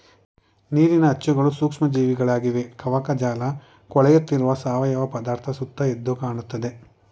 ನೀರಿನ ಅಚ್ಚುಗಳು ಸೂಕ್ಷ್ಮ ಜೀವಿಗಳಾಗಿವೆ ಕವಕಜಾಲಕೊಳೆಯುತ್ತಿರುವ ಸಾವಯವ ಪದಾರ್ಥ ಸುತ್ತ ಎದ್ದುಕಾಣ್ತದೆ